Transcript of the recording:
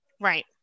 Right